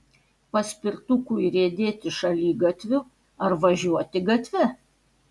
paspirtukui riedėti šaligatviu ar važiuoti gatve